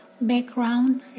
background